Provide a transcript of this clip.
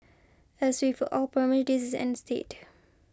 as with all these is ans date